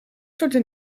stortte